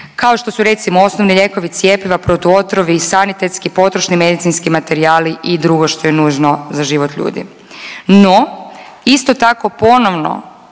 kao što su recimo osnovni lijekovi, cjepiva, protuotrovi, sanitetski potrošni medicinski materijali i drugo što je nužno za život ljudi. No isto tako ponovno